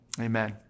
Amen